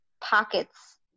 pockets